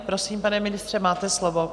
Prosím, pane ministře, máte slovo.